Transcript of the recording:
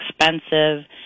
expensive